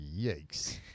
yikes